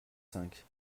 cinq